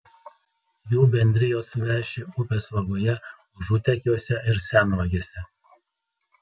jų bendrijos veši upės vagoje užutekiuose ir senvagėse